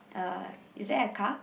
uh is there a car